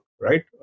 right